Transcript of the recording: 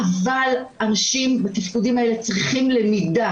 אבל אנשים בתפקודים האלה צריכים למידה